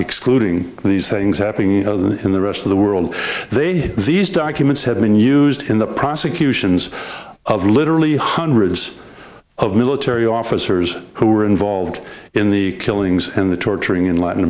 excluding these things happening in the rest of the world they these documents have been used in the prosecutions of literally hundreds of military officers who were involved in the killings and the torturing in latin